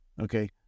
okay